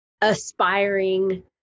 aspiring